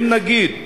אם נגיד: